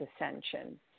Ascension